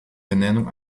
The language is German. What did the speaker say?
benennung